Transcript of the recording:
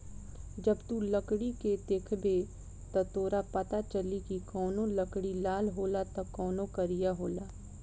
जब तू लकड़ी के देखबे त तोरा पाता चली की कवनो लकड़ी लाल होला त कवनो करिया होला